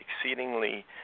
exceedingly